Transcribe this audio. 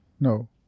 No